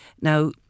Now